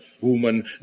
woman